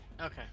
Okay